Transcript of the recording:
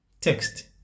Text